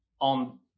on